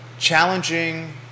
challenging